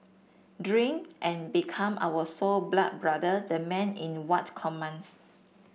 drink and become our sore blood brother the man in what commands